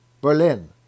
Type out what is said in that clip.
Berlin